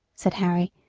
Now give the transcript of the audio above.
said harry,